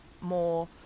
more